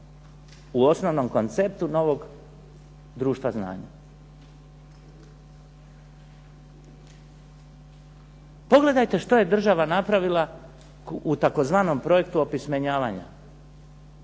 u osnovnom konceptu novog društva znanja. Pogledajte što je država napravila u tzv. projektu opismenjavanja.